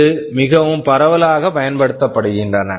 இவை மிகவும் பரவலாகப் பயன்படுத்தப்படுகின்றன